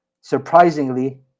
Surprisingly